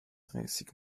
dreißig